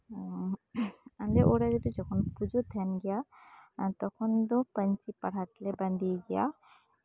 ᱟᱞᱮ ᱚᱲᱟᱜ ᱨᱮᱫᱚ ᱡᱚᱠᱷᱚᱱ ᱯᱩᱡᱳ ᱛᱟᱦᱮᱱ ᱜᱮᱭᱟ ᱛᱚᱠᱷᱚᱱ ᱫᱚ ᱯᱟ ᱧᱪᱤᱼᱯᱟᱲᱦᱟᱴ ᱞᱮ ᱵᱟᱸᱫᱮᱭ ᱜᱮᱭᱟ